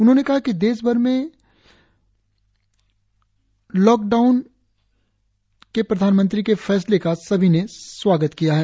उन्होंने कहा कि देश भर में तालाबंदी लागू करने के प्रधानमंत्री के फैसले का सभी ने स्वागत किया है